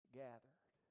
gathered